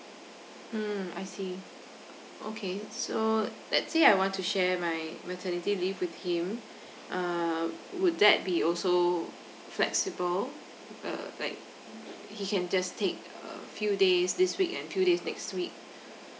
mm I see so okay so let's say I want to share my maternity leave with him uh would that be also flexible uh like he can just take uh few days this week and few days next week